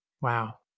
Wow